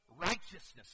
righteousness